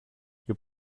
your